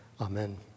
Amen